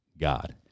God